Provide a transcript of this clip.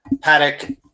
Paddock